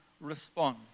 respond